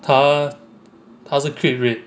他他是 cut rate